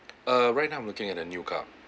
uh right now I'm looking at a new car